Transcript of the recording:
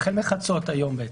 החל מחצות היום בעצם.